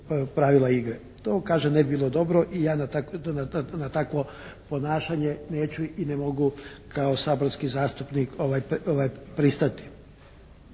pravila igre. To kažem ne bi bilo dobro i ja na takvo ponašanje neću i ne mogu kao saborski zastupnik pristati.